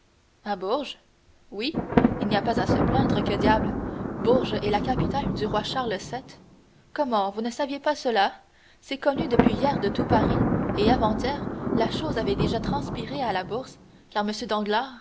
à bourges oui il n'a pas à se plaindre que diable bourges est la capitale du roi charles vii comment vous ne saviez pas cela c'est connu depuis hier de tout paris et avant-hier la chose avait déjà transpiré à la bourse car